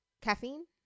Caffeine